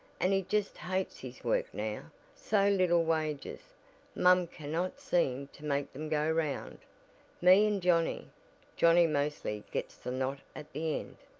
and he just hates his work now so little wages mom cannot seem to make them go around me and johnnie johnnie mostly gets the knot at the end.